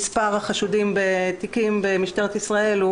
מספר החשודים בתיקים במשטרת ישראל הוא